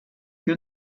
que